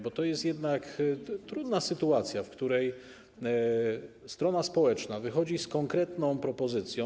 Bo to jest jednak trudna sytuacja, w której strona społeczna wychodzi z konkretną propozycją.